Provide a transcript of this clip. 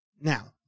Now